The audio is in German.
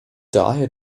daher